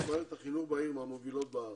מערכת החינוך בעיר מהמובילות בארץ.